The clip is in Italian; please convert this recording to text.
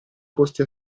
posti